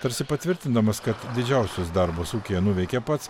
tarsi patvirtindamas kad didžiausius darbus ūkyje nuveikia pats